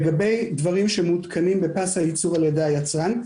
לגבי דברים שמותקנים בפס הייצור על ידי היצרן,